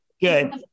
good